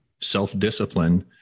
self-discipline